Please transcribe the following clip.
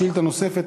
שאילתה נוספת,